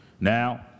Now